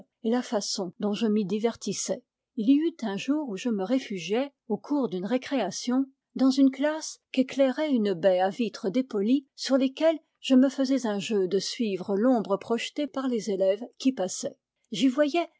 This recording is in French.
et la façon dont je m'y divertissais il y eut un jour où je me réfugiai au cours d'une récréation dans une classe qu'éclairait une baie à vitres dépolies sur lesquelles je me faisais un jeu de suivre l'ombre projetée par les élèves qui passaient j'y voyais